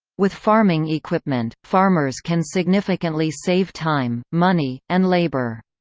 with farming equipment, farmers can significantly save time, money, and labor.